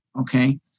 Okay